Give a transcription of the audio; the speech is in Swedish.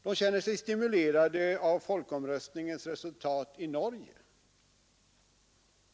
De känner sig stimulerade av folkomröstningens resultat i Norge.